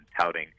touting